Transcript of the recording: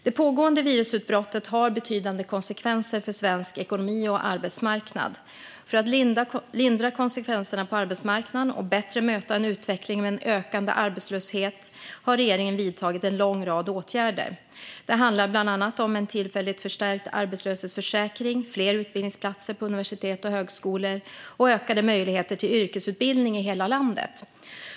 Det pågående virusutbrottet har betydande konsekvenser för svensk ekonomi och arbetsmarknad. För att lindra konsekvenserna på arbetsmarknaden och bättre möta en utveckling med en ökande arbetslöshet har regeringen vidtagit en lång rad åtgärder. Det handlar bland annat om en tillfälligt förstärkt arbetslöshetsförsäkring, fler utbildningsplatser på universitet och högskolor och ökade möjligheter till yrkesutbildning i hela landet.